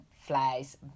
flies